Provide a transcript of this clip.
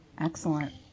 Excellent